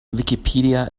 wikipedia